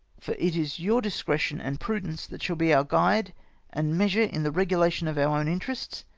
for it is your discretion and prudence that shall be our guide and measure in the regulation of our own interests,